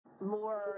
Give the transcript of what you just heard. more